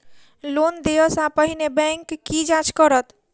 Loan देय सा पहिने बैंक की जाँच करत?